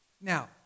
Now